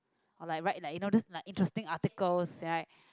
or like write you know those like interesting articles right